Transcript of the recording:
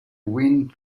wind